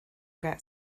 get